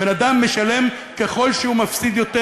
בן-אדם משלם ככל שהוא מפסיד יותר.